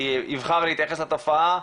יבחר להתייחס לתופעה,